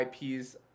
IPs